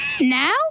Now